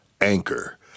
Anchor